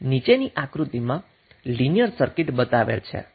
નીચેની આકૃતિમાં linear circuit બતાવેલ છે